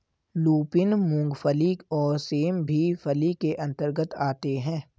lupin, मूंगफली और सेम भी फली के अंतर्गत आते हैं